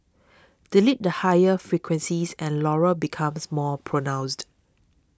delete the higher frequencies and Laurel becomes more pronounced